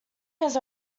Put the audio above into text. his